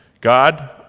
God